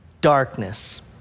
Darkness